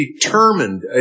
determined